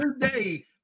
today